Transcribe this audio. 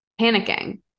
panicking